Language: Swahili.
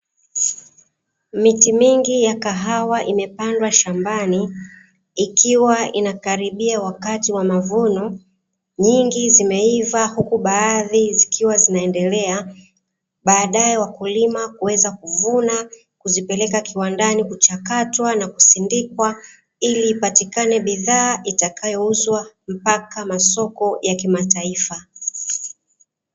Miti mingi ya kahawa imepandwa shambani ikiwa inakaribia wakati wa mavuno, nyingi zimeiva huku baadhi zikiwa zinaendelea baadaye wakulima kuweza kuvuna kuzipeleka kiwandani kuchakatwa na kusindikwa ili ipatikane bidhaa itakayo uzwa mpaka masoko ya kimataifa.